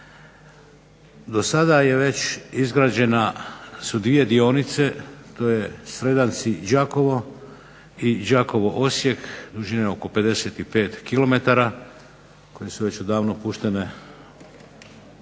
Do sada su već izgrađene dvije dionice, to je Sredanci-Đakovo i Đakovo-Osijek dužine oko 55 km koje su već odavno puštene